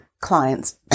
clients